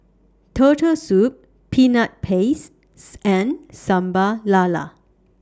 Turtle Soup Peanut Pastes and Sambal Lala